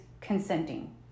consenting